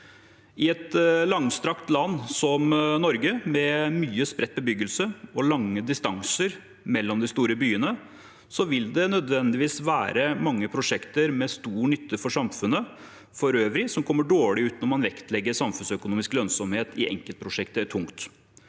I et langstrakt land som Norge, med mye spredt bebyggelse og lange distanser mellom de store byene, vil det nødvendigvis være mange prosjekter med stor nytte for samfunnet for øvrig som kommer dårlig ut når man vektlegger samfunnsøkonomisk lønnsomhet i enkeltprosjekter tungt.